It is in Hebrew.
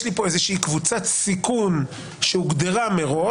יש לי פה איזושהי קבוצת סיכון שהוגדרה מראש.